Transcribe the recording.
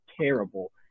terrible